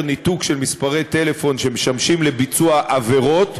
ניתוק של מספרי טלפון שמשמשים לביצוע עבירות,